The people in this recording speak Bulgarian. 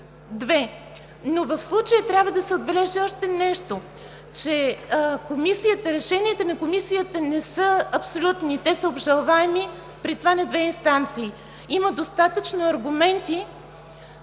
две. В случая трябва да се отбележи още нещо, че решенията на Комисията не са абсолютни – те са обжалваеми, при това на две инстанции. Има достатъчно аргументи